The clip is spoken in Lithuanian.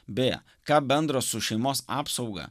beje ką bendro su šeimos apsauga